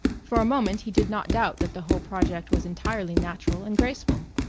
for a moment he did not doubt that the whole project was entirely natural and graceful.